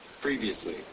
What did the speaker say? Previously